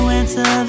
answer